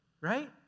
right